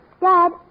Dad